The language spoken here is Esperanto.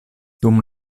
dum